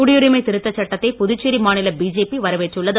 குடியுரிமை திருத்த சட்டத்தை புதுச்சேரி மாநில பிஜேபி வரவேற்றுள்ளது